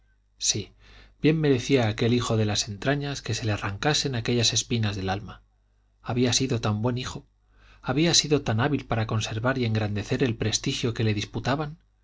sí bien merecía aquel hijo de las entrañas que se le arrancasen aquellas espinas del alma había sido tan buen hijo había sido tan hábil para conservar y engrandecer el prestigio que le disputaban